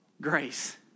Grace